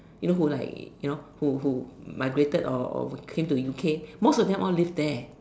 you know who like you know who who migrated or or came to U_K most of them all live there